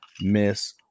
miss